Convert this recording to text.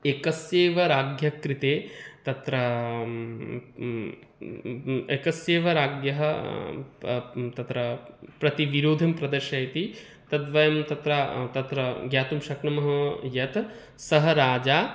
एकस्यैव राज्ञः कृते तत्र एकस्यैव राज्ञः तत्र प्रतिविरोधं प्रदर्शयति तद्वयं तत्र तत्र ज्ञातुं शक्नुमः यत् सः राजा